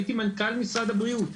הייתי מנכ"ל משרד הבריאות.